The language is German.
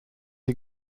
die